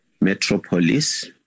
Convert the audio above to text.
metropolis